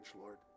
Lord